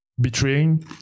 betraying